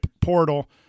portal